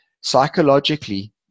psychologically